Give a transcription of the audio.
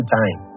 time